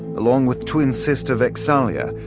along with twin sister vex'ahlia,